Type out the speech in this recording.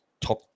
top